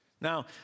Now